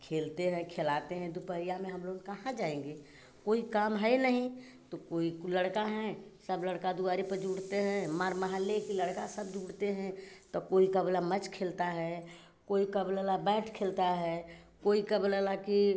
खेलते हैं खेलाते हैं दोपहर में हम लोग कहाँ जाएँगे कोई काम है नहीं तो कोई लड़का हैं सब लड़का दुआरे पर जुड़ते हैं मार महल्ले के लड़का सब दूड़ते हैं तो कोई का बोला मैच खेलता है कोई का बोला ला बैट खेलता है कोई का बोला ला कि